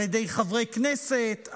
על ידי חברי כנסת,